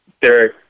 Derek